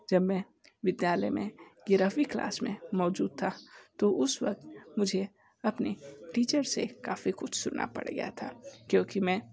जब मैं विद्यालय में ग्यारहवीं क्लास में मौजूद था तो उस वक्त मुझे अपने टीचर से काफ़ी कुछ सुनना पड़ गया था क्योंकि मैं